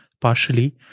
partially